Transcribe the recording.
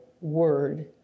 word